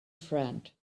friend